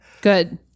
Good